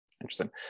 Interesting